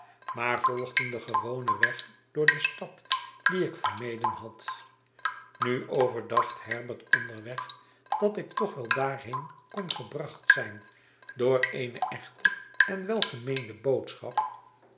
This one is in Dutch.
maar volgden den gewonen weg door de stad dien ik vermeden had nu overdacht herbert onderweg dat ik toch wel daarheen kon gebracht zijn door eene echte en welgemeende boodschap